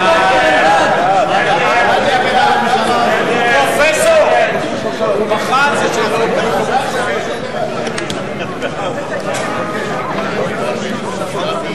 ההסתייגות של קבוצת סיעת קדימה לסעיף 13 לא נתקבלה.